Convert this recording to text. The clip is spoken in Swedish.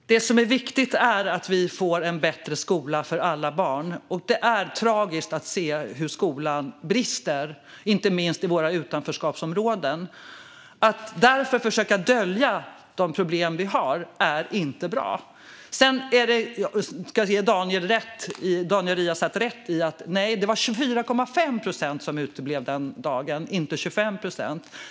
Fru talman! Det som är viktigt är att vi får en bättre skola för alla barn. Det är tragiskt att se hur skolan brister, inte minst i våra utanförskapsområden. Det är därför inte bra om man försöker dölja de problem vi har. Jag ska ge Daniel Riazat rätt när det gäller siffrorna. Det var 24,5 procent som uteblev den dagen, inte 25 procent.